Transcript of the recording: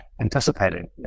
anticipating